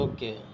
Okay